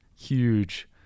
huge